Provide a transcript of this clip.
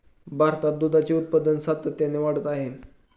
भारतात दुधाचे उत्पादन सातत्याने वाढत आहे